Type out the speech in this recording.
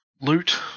loot